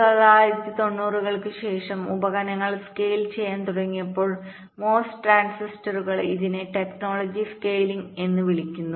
1990 കൾക്ക് ശേഷം ഉപകരണങ്ങൾ സ്കെയിൽ ചെയ്യാൻ തുടങ്ങിയപ്പോൾ MOS ട്രാൻസിസ്റ്ററുകൾ ഇതിനെ ടെക്നോളജി സ്കെയിലിംഗ്എന്ന് വിളിക്കുന്നു